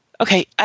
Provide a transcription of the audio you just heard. Okay